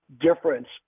difference